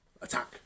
attack